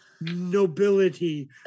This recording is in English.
nobility